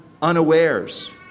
unawares